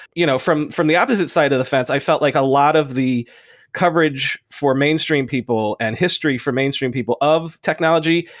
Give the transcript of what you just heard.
you know from from the opposite side of the fence, i felt like a lot of the coverage for mainstream people and history for mainstream people of technology,